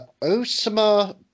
Osama